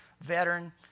veteran